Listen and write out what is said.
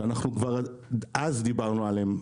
שכבר אז דיברנו עליהם,